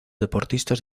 deportistas